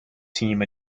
team